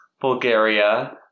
Bulgaria